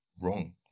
wrong